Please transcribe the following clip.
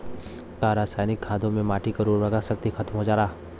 का रसायनिक खादों से माटी क उर्वरा शक्ति खतम हो जाला?